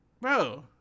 bro